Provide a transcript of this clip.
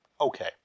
okay